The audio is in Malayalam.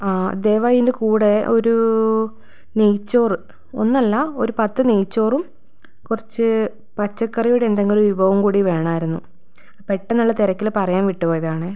ദയവായി ഇതിൻ്റെ കൂടെ ഒരു നെയ്യ്ച്ചോർ ഒന്നല്ല ഒരു പത്ത് നെയ്യ്ച്ചോറും കുറച്ച് പച്ചക്കറിയുടെ എന്തെങ്കിലും വിഭവം കൂടി വേണമായിരുന്നു പെട്ടെന്നുള്ള തിരക്കിൽ പറയാൻ വിട്ട് പോയതാണേ